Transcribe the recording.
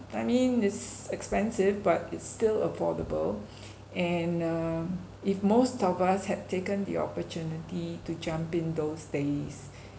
I mean it's expensive but it's still affordable and err if most of us had taken the opportunity to jump in those days